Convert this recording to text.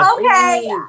Okay